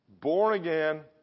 born-again